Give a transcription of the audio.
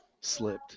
slipped